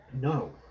No